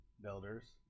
builders